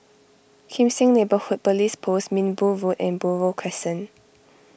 Kim Seng Neighbourhood Police Post Minbu Road and Buroh Crescent